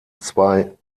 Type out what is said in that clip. zwei